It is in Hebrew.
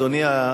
אדוני,